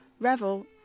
Revel